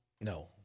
No